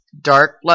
dark